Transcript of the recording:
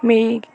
మీ